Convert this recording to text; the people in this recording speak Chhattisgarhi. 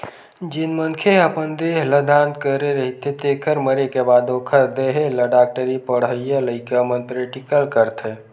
जेन मनखे ह अपन देह ल दान करे रहिथे तेखर मरे के बाद ओखर देहे ल डॉक्टरी पड़हइया लइका मन प्रेक्टिकल करथे